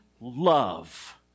love